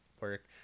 work